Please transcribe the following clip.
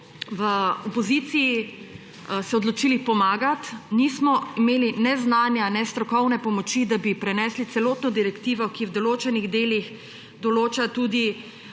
v opoziciji odločili pomagati, nismo imeli ne znanja ne strokovne pomoči, da bi prenesli celotno direktivo, ki v določenih delih določa tudi